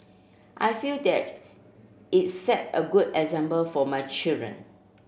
I feel that it set a good example for my children